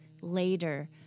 later